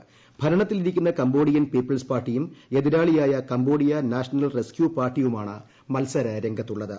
ജനവികാരത്തിന്റെ ഭരണത്തിലിരിക്കുന്ന Cambodian People's പാർട്ടിയും എതിരാളിയായ കംബോഡിയ നാഷണൽ റെസ്ക്യൂ പാർട്ടിയുമാണ് മത്സര രംഗത്തുള്ളത്